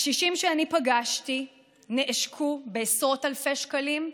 הקשישים שאני פגשתי נעשקו בעשרות אלפי שקלים,